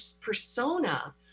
persona